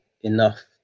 enough